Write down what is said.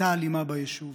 קטטה אלימה ביישוב.